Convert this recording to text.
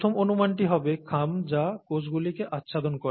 প্রথম অনুমানটি হবে খাম যা কোষগুলিকে আচ্ছাদন করে